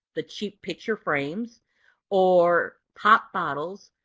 the cheap picture frames or pop bottles,